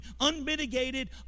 Unmitigated